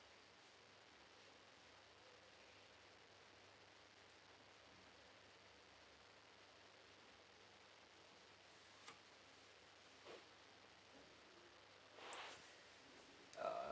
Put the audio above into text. uh